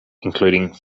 including